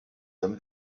them